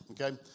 okay